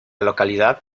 localidad